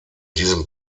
diesem